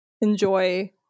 enjoy